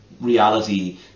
reality